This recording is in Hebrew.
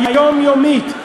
היומיומית,